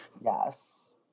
Yes